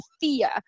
fear